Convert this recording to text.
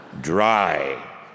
Dry